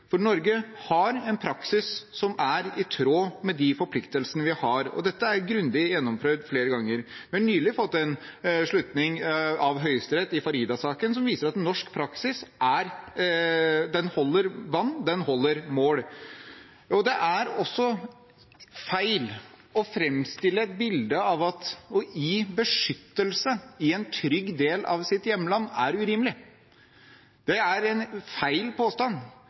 for Norge har en praksis som er i tråd med de forpliktelsene vi har. Dette er grundig gjennomprøvd flere ganger. Vi har nylig fått en slutning av Høyesterett i Farida-saken som viser at norsk praksis holder vann, den holder mål. Det er også feil å fremstille et bilde av at å gi beskyttelse i en trygg del av deres hjemland er urimelig. Det er en feil påstand.